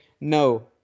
no